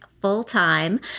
full-time